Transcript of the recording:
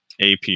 AP